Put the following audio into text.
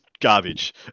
garbage